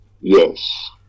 Yes